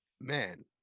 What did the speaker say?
man